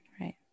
Right